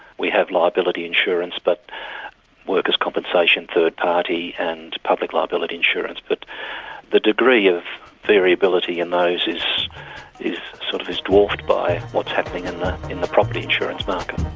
we have liability insurance, but workers' compensation, third party and public liability insurance. but the degree of variability in those is sort of is dwarfed by what's happening in the property insurance market.